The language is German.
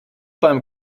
beim